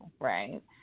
Right